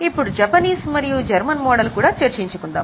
ఇప్పుడు జపనీస్ మరియు German model కూడా చర్చించుకుందాం